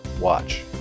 Watch